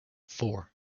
four